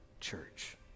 church